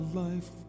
life